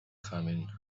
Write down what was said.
coming